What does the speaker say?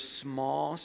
small